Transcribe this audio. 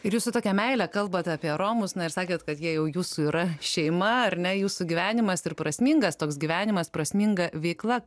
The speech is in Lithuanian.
ir jūs su tokia meile kalbat apie romus na ir sakėt kad jie jau jūsų yra šeima ar ne jūsų gyvenimas ir prasmingas toks gyvenimas prasminga veikla